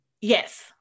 Yes